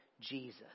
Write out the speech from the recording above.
Jesus